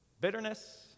bitterness